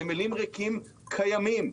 נמלים ריקים קיימים.